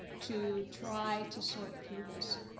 to try to sort through this.